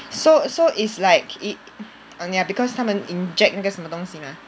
so so it's like i~ um ya because 他们 inject 那个什么东西 mah